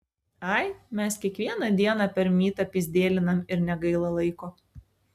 ai mes kiekvieną dieną per mytą pyzdėlinam ir negaila laiko